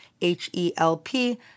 H-E-L-P